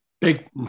Big